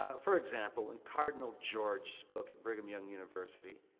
ah for example, and cardinal george spoke at brigham young university.